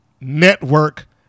network